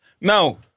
Now